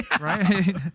Right